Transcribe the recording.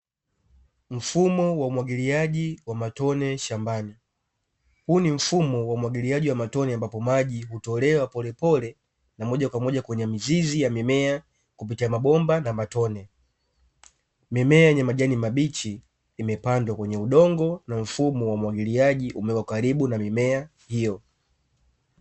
Mfumo wa umwagiliaji wa matone shambani, huu ni mfumo wa umwagiliaji wa matone ambapo maji hutolewa pole pole na moja kwa moja kwenye mizizi ya mimea kupitia mabomba na matone, mimea yenye majani mabichi imepandwa kwenye udongo na mfumo wa umwagiliaji umewekwa karibu na mimea hiyo.